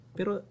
Pero